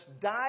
died